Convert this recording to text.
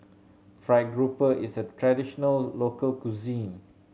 fried grouper is a traditional local cuisine